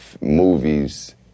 movies